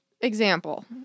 example